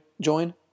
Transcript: join